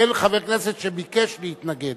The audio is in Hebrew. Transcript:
אין חבר כנסת שביקש להתנגד,